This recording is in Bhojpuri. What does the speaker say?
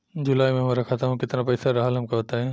जुलाई में हमरा खाता में केतना पईसा रहल हमका बताई?